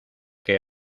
que